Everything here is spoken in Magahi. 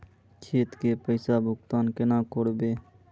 खेत के पैसा भुगतान केना करबे?